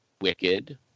Wicked